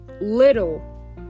little